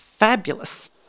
fabulous